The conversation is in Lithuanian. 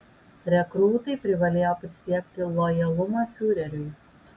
rekrūtai privalėjo prisiekti lojalumą fiureriui